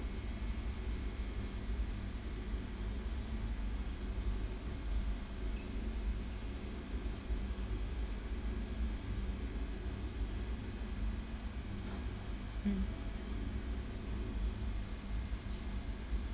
mm